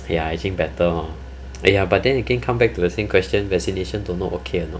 ya I think better hor !aiya! but then come back to the same question vaccination don't know okay or not